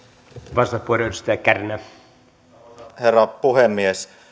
arvoisa herra puhemies